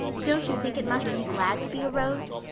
don't you think it must be glad to be a rose?